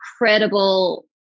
incredible